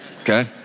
okay